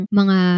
mga